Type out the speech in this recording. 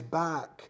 back